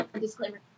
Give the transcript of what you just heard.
disclaimer